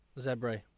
Zebra